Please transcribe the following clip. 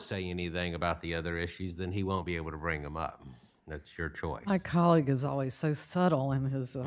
say anything about the other issues then he won't be able to bring them up and that's your choice my colleague is always so subtle and has